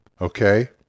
Okay